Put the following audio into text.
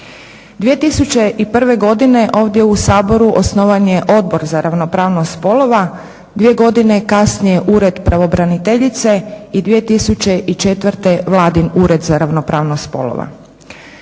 2001. godine ovdje u Saboru osnovan je Odbor za ravnopravnost spolova, dvije godine kasnije Ured pravobraniteljice i 2004. Vladin Ured za ravnopravnost spolova.